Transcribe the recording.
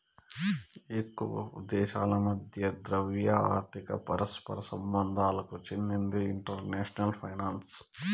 ఎక్కువ దేశాల మధ్య ద్రవ్య, ఆర్థిక పరస్పర సంబంధాలకు చెందిందే ఇంటర్నేషనల్ ఫైనాన్సు